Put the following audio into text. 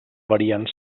variant